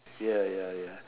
ya ya ya